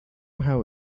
how